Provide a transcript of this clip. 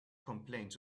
complaints